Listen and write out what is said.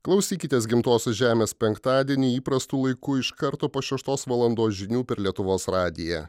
klausykitės gimtosios žemės penktadienį įprastu laiku iš karto po šeštos valandos žinių per lietuvos radiją